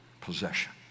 possession